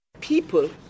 People